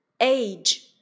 age